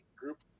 group